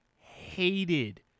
hated